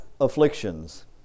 afflictions